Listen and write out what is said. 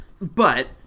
But-